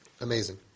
Amazing